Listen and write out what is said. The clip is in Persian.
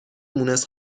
مونس